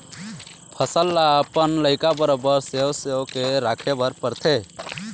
फसल ल अपन लइका बरोबर सेव सेव के राखे बर परथे